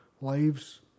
lives